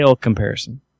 comparison